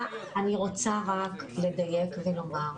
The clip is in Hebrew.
אני רוצה רק לדייק ולומר,